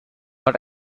but